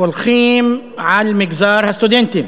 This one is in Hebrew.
הולכים על מגזר הסטודנטים,